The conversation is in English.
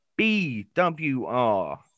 BWR